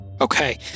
Okay